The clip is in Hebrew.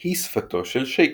היא שפתו של שייקספיר.